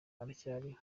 aracyariho